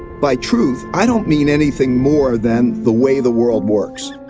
by truth, i don't mean anything more than the way the world works.